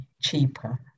cheaper